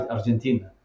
Argentina